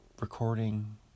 recording